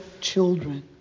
children